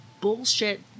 bullshit